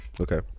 Okay